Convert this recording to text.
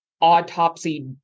autopsy